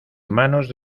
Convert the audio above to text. manos